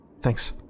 Thanks